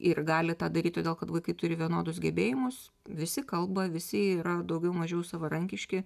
ir gali tą daryti todėl kad vaikai turi vienodus gebėjimus visi kalba visi yra daugiau mažiau savarankiški